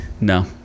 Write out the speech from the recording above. No